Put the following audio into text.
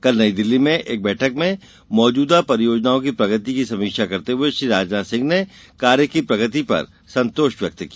कल नई दिल्ली में एक बैठक में मौजूदा परियोजनाओं की प्रगति की समीक्षा करते हुए श्री राजनाथ सिंह ने कार्य की प्रगति पर संतोष व्यक्त किया